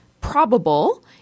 probable